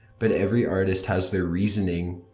but every artist has their reasoning.